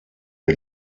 den